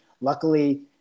Luckily